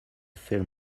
film